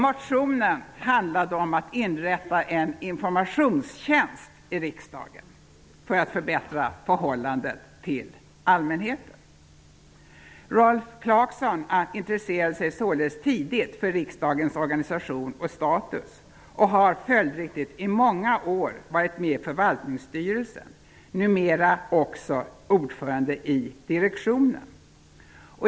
Motionen handlade om att inrätta en informationstjänst i riksdagen för att förbättra förhållandet till allmänheten. Rolf Clarkson intresserade sig således tidigt för riksdagens organisation och status och har följdriktigt i många år varit med i Förvaltningsstyrelsen, numera är han också ordförande i direktionen.